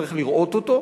שצריך לראות אותו?